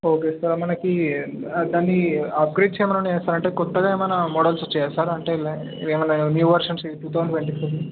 okay sir మనకు దాన్ని upgrade చేయమని వేస్తారా సార్ అంటే కొత్తగా ఏమన్న మోడల్స్ వచ్చాయా సార్ అంటే ఏ ఏమన్న కానీ new versions in two thousand twenty four